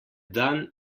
dan